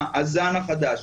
הזן החדש.